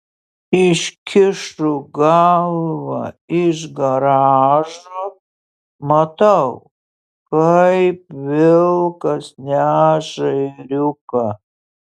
iškišu galvą iš garažo matau kaip vilkas neša ėriuką